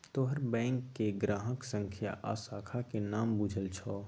तोहर बैंकक ग्राहक संख्या आ शाखाक नाम बुझल छौ